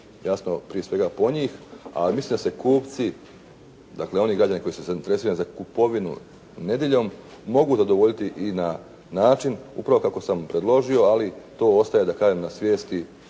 jasno prije svega po njih, ali mislim da se kupci, dakle oni građani koji su zainteresirani za kupovinu nedjeljom mogu zadovoljiti i na način upravo kako sam predložio, ali to ostaje na svijesti,